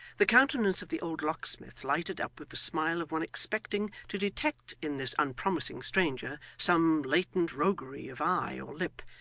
the countenance of the old locksmith lighted up with the smile of one expecting to detect in this unpromising stranger some latent roguery of eye or lip,